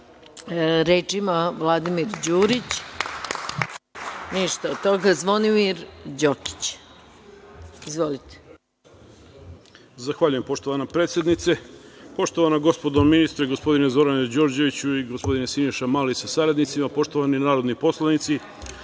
ima Zvonimir Đokić. Izvolite. **Zvonimir Đokić** Zahvaljujem poštovana predsednice. Poštovani, gospodo ministri, gospodine Zorane Đorđeviću i gospodine Siniša Mali, sa saradnicima, poštovani narodni poslanici,